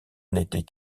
n’était